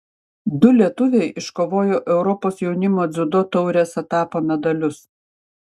du lietuviai iškovojo europos jaunimo dziudo taurės etapo medalius